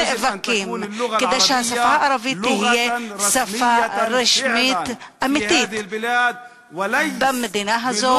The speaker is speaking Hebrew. ונאבקים כדי שהשפה הערבית תהיה שפה רשמית אמיתית במדינה הזאת,